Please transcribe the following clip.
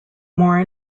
more